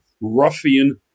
ruffian